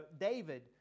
David